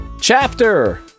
Chapter